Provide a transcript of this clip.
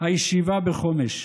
הישיבה בחומש.